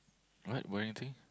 what were anything